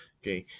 okay